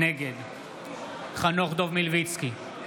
נגד חנוך דב מלביצקי,